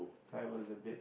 so I was a bit